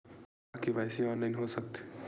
का KYC online हो सकथे?